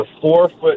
four-foot –